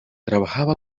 trabajaba